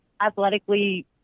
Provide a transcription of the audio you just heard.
athletically